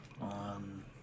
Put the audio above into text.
on